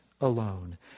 alone